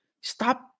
Stop